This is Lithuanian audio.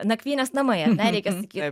nakvynės namai ar ne reikia sakyt